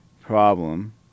problem